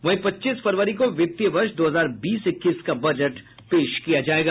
वहीं पच्चीस फरवरी को वित्तीय वर्ष दो हजार बीस इक्कीस का बजट पेश किया जायेगा